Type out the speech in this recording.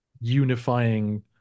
unifying